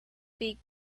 beak